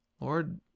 Lord